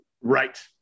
Right